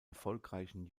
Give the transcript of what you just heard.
erfolgreichen